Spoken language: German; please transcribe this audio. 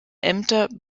ämter